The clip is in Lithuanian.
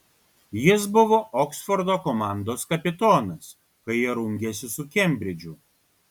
jis buvo oksfordo komandos kapitonas kai jie rungėsi su kembridžu